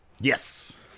Yes